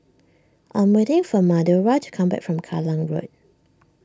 I'm waiting for Madora to come back from Kallang Road